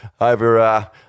over